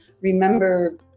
remember